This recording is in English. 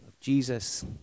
Jesus